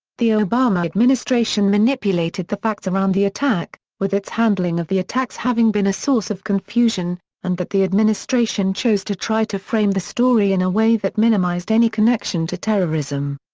the obama administration manipulated the facts around the attack, with its handling of the attacks having been a source of confusion and that the administration chose to try to frame the story story in a way that minimized any connection to terrorism.